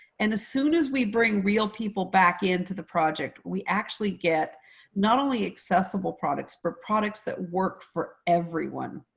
and as soon as we bring real people back into the project, we actually get not only accessible products, but products that work for everyone.